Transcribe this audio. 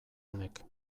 honek